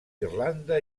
irlanda